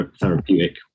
therapeutic